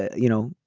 you know,